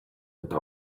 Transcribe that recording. eta